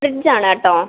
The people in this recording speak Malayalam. ഫ്രിഡ്ജാണ് കേട്ടോ